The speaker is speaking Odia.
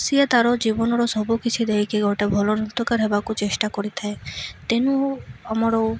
ସିଏ ତା'ର ଜୀବନର ସବୁକିଛି ଦେଇକି ଗୋଟେ ଭଲ ନୃତକାର ହେବାକୁ ଚେଷ୍ଟା କରିଥାଏ ତେଣୁ ଆମର